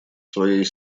своей